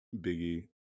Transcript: biggie